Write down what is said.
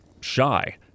shy